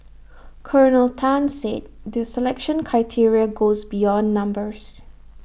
Colonel Tan said the selection criteria goes beyond numbers